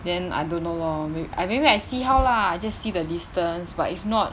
then I don't know lor may~ I maybe I see how lah I just see the distance but if not